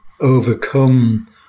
overcome